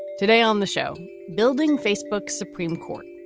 today on the show, building facebook supreme court,